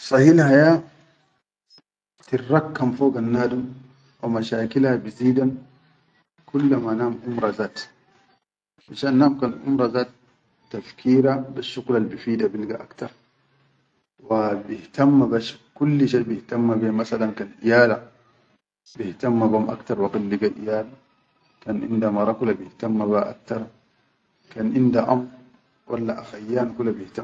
Sahil haya tirrakkam fogannadum wa mashakila bizidan kulla ma nadum umra zaad, fishan nadum kan umra zaad tafkira besshuqul albifida bilga aktar, wa bihtamma be kulla shai bihtamme be masalan kan iyala bihtamma lom aktar waqit liga iyaal kan inda mara kula bihtamma ba aktar kan inda amm wala akhayyan kula.